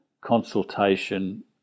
consultation